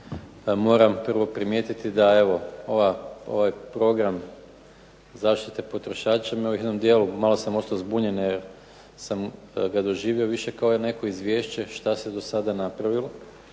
prvo primijetiti da evo ovaj program zaštite potrošača me u jednom dijelu, malo sam ostao zbunjen jer sam ga doživio više kao neko izvješće šta se do sada napravilo